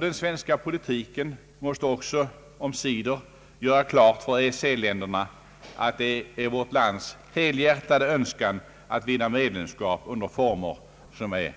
Den svenska politiken måste också omsider göra klart. för EEC-länderna att det är vårt lands helhjärtade ' önskan att vinna medlemskap, givetvis under former som är